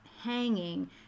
hanging